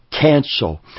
cancel